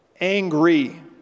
Angry